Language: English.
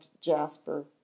jasper